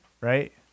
Right